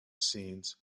scenes